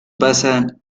pasan